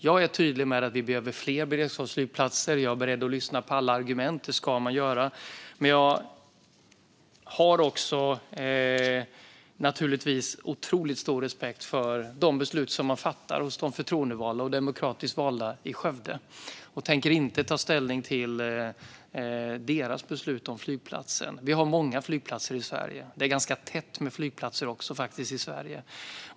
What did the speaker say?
Jag är tydlig med att vi behöver fler beredskapsflygplatser. Jag är beredd att lyssna på alla argument. Det ska man göra. Men jag har naturligtvis också otroligt stor respekt för de beslut som man fattar hos de förtroendevalda och demokratiskt valda i Skövde. Jag tänker inte ta ställning till deras beslut om flygplatsen. Vi har många flygplatser i Sverige. Det är ganska tätt med flygplatser i Sverige.